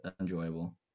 enjoyable